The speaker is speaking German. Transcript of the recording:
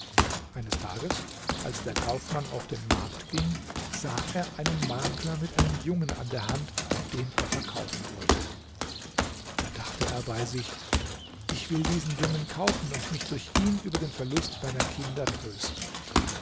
eines tages als der kaufmann auf den markt ging sah er einen makler mit einem jungen an der hand den er verkaufen wollte da dachte er bei sich ich will diesen jungen kaufen und mich durch ihn über den verlust meiner kinder trösten